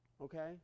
okay